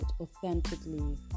authentically